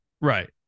Right